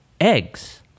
eggs